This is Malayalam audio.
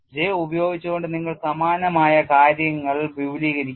J ഉപയോഗിച്ചുകൊണ്ട് നിങ്ങൾ സമാനമായ കാര്യങ്ങൾ വിപുലീകരിക്കുന്നു